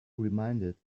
reminded